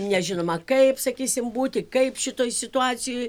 nežinoma kaip sakysim būti kaip šitoj situacijoj